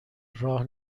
راه